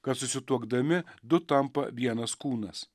kad susituokdami du tampa vienas kūnas